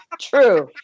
True